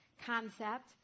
concept